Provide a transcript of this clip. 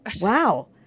wow